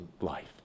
life